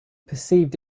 perceived